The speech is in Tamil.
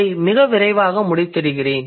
அதை மிக விரைவாக முடித்திடுகிறேன்